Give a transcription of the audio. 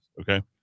okay